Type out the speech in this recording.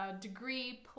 Degree